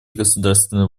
государственной